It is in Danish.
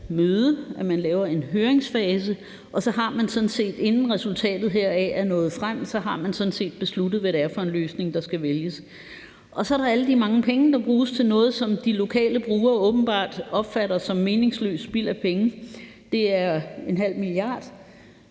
et møde og en høringsfase, og at man så sådan set, inden resultatet heraf er nået frem, har besluttet, hvad det er for en løsning, der skal vælges. Så er der alle de mange penge, som skal bruges til noget, som de lokale brugere åbenbart opfatter som meningsløs spild af penge. Det er en halv milliard.